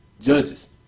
Judges